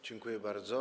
Dziękuję bardzo.